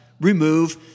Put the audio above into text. remove